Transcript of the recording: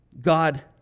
God